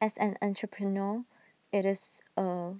as an entrepreneur IT is A